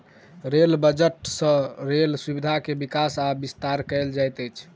rail budget सँ rail सुविधा के विकास आ विस्तार कयल जाइत अछि